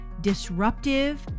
disruptive